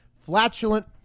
flatulent